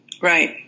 Right